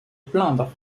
plaindre